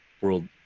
world